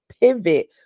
pivot